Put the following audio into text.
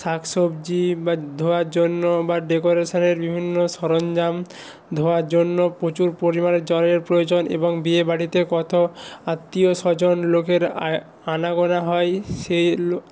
শাক সবজি বা ধোয়ার জন্য বা ডেকরেশানের বিভিন্ন সরঞ্জাম ধোয়ার জন্য প্রচুর পরিমাণে জলের প্রয়োজন এবং বিয়ে বাড়িতে কত আত্মীয়স্বজন লোকের আনাগোনা হয় সেই